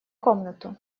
комнату